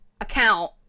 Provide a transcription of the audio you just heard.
account